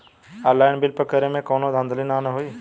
Online bill pay करे में कौनो धांधली ना होई ना?